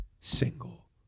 single